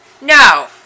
No